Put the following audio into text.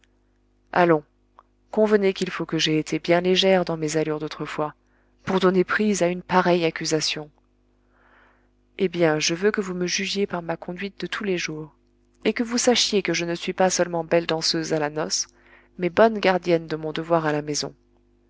allons convenez qu'il faut que j'aie été bien légère dans mes allures d'autrefois pour donner prise à une pareille accusation eh bien je veux que vous me jugiez par ma conduite de tous les jours et que vous sachiez que je ne suis pas seulement belle danseuse à la noce mais bonne gardienne de mon devoir à la maison